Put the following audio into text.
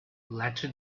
latter